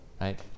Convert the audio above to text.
right